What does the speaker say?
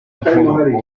nkuru